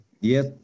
Yes